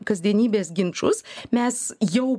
kasdienybės ginčus mes jau